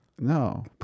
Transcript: No